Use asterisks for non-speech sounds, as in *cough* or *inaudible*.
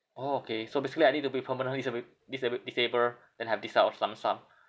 orh okay so basically I need to be permanently *laughs* disabe~ disabe~ disable then have this type of sum sum